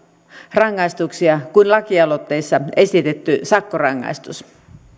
rangaistuksia kuin lakialoitteessa esitetty sakkorangaistus